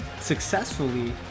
successfully